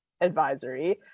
advisory